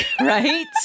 right